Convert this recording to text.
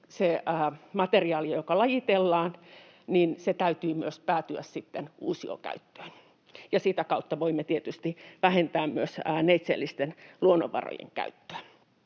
sen materiaalin, joka lajitellaan, täytyy myös päätyä sitten uusiokäyttöön, ja sitä kautta voimme tietysti vähentää myös neitseellisten luonnonvarojen käyttöä.